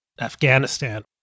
Afghanistan